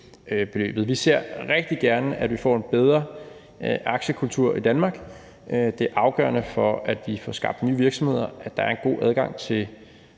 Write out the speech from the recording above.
beløbet. Vi ser rigtig gerne, at vi får en bedre aktiekultur i Danmark. Det er afgørende for, at vi får skabt nye virksomheder, at der er en god adgang til